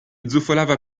zufolava